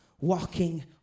walking